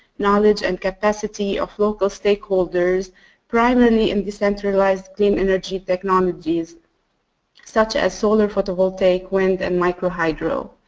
knowledge and capacity of local stakeholders primarily in the centralized clean energy technologies such as solar photovoltaic, wind and micro hydro.